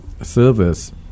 service